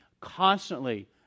constantly